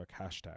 hashtag